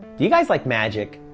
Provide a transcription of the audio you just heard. you guys like magic?